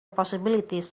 possibilities